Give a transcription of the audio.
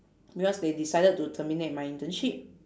because they decided to terminate my internship